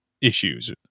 issues